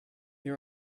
they